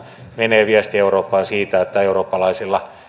menee viesti eurooppaan siitä että eurooppalaisilla